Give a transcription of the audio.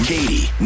Katie